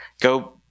go